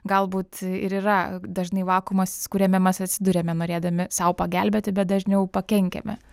galbūt ir yra dažnai vakumas kuriame mes atsiduriame norėdami sau pagelbėti bet dažniau pakenkiame